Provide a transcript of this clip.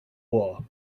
war